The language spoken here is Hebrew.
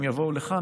אם יבואו לכאן,